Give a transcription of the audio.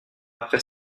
après